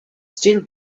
still